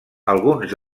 alguns